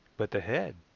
but the head?